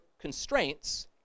constraints